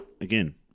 Again